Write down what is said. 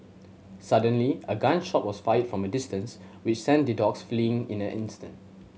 suddenly a gun shot was fired from a distance which sent the dogs fleeing in an instant